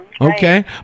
Okay